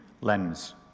lens